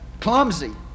clumsy